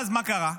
ואז, מה קרה?